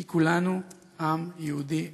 כי כולנו עם יהודי אחד.